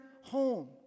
home